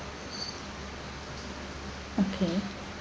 okay